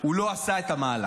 הוא לא עשה את המהלך.